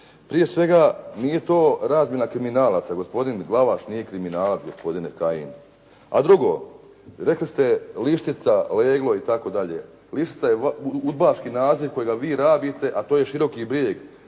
Prije svega, nije to razmjena kriminalaca, gospodin Glavaš nije kriminalac gospodine Kajin. A drugo, rekli ste Lištica, Leglo itd. Lištica je udbački naziv kojega vi rabite a to je Široki Brijeg.